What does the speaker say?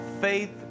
faith